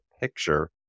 picture